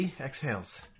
Exhales